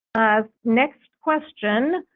next question.